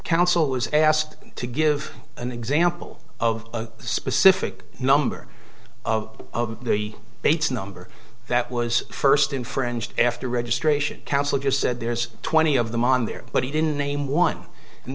counsel was asked to give an example of a specific number of bates number that was first infringed after registration counsel just said there's twenty of them on there but he didn't name one and